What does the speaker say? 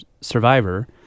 survivor